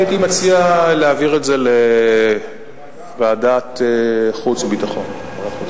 אני הייתי מציע להעביר את זה לוועדת החוץ והביטחון.